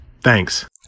Thanks